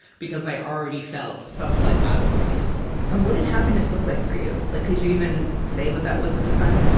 because i already felt somewhat out of place and what did happiness look like for you? like could you even say what that was, at the time?